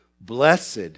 Blessed